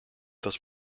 das